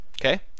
okay